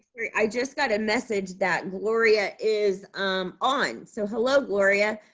i just got a message that gloria is um on. so hello gloria.